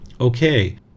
Okay